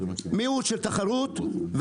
מיעוט של תחרות,